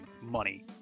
money